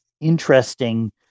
interesting